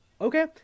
Okay